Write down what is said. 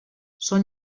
són